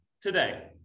today